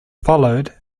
followed